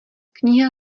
kniha